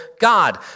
God